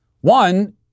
One